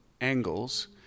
angles